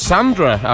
Sandra